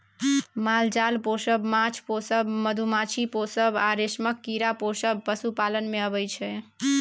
माल जाल पोसब, माछ पोसब, मधुमाछी पोसब आ रेशमक कीरा पोसब पशुपालन मे अबै छै